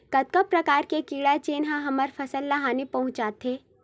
कतका प्रकार के कीड़ा जेन ह हमर फसल ल हानि पहुंचाथे?